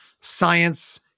science